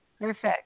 Perfect